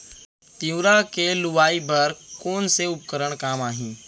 तिंवरा के लुआई बर कोन से उपकरण काम आही?